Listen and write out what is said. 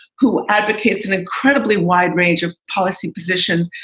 who advocates an incredibly wide range of policy positions,